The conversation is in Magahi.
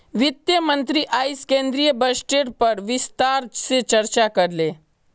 वित्त मंत्री अयेज केंद्रीय बजटेर पर विस्तार से चर्चा करले